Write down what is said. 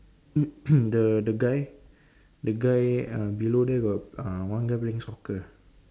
the the guy the guy err below there got uh one guy playing soccer ah